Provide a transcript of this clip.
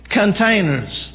containers